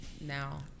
Now